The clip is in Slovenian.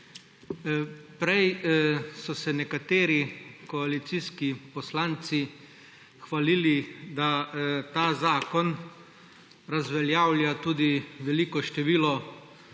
Prej so se nekateri koalicijski poslanci hvalili, da ta zakon razveljavlja tudi veliko število